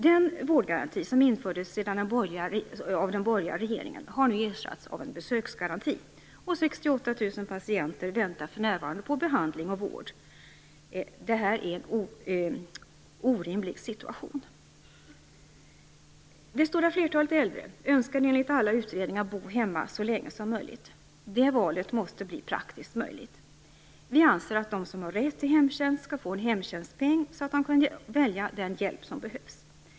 Den vårdgaranti som infördes av den borgerliga regeringen har nu ersatts av en besöksgaranti, och 68 000 patienter väntar för närvarande på behandling och vård. Det är en orimlig situation. Det stora flertalet äldre önskar enligt alla utredningar bo hemma så länge som möjligt. Det valet måste bli praktiskt möjligt. Vi anser att de som har rätt till hemtjänst skall få en "hemtjänstpeng" så att de kan välja den hjälp som behövs.